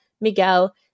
Miguel